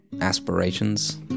aspirations